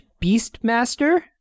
Beastmaster